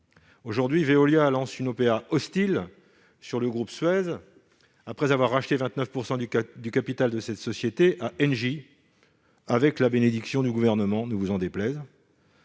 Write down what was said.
Aujourd'hui, Veolia lance une OPA hostile sur le groupe Suez après avoir racheté 29 % du capital de cette société à Engie, avec la bénédiction du Gouvernement- ne vous en déplaise,